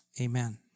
amen